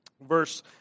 verse